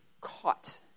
caught